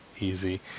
easy